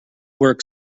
work